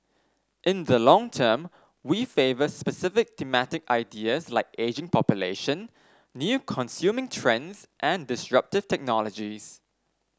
in the long term we favour specific thematic ideas like ageing population new consuming trends and disruptive technologies